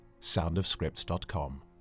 soundofscripts.com